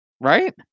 Right